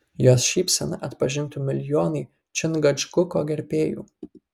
jos šypseną atpažintų milijonai čingačguko gerbėjų